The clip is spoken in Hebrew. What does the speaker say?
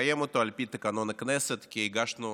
לקיים אותו על פי תקנון הכנסת, כי הגשנו